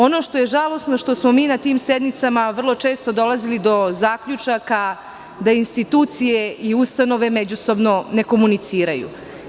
Ono što je žalosno, to je što smo mi na tim sednicama vrlo često dolazili do zaključaka da institucije i ustanove međusobno ne komuniciraju.